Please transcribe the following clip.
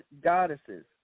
goddesses